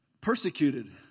Persecuted